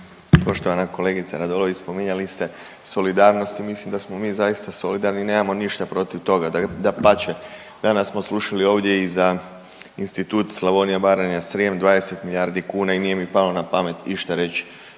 Poštovana kolegice Radolović, spominjali ste solidarnost i mislim da smo mi zaista solidarni i nemamo ništa protiv toga, dapače. Danas smo slušali ovdje i za institut Slavonija, Baranja, Srijem 20 milijardi kuna i nije mi palo na pamet išta reći